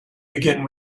begin